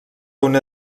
una